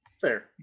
fair